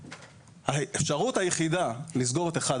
האפשרות היחידה לסגור את 4-1,